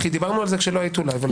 דיברנו על זה כשלא היית אולי.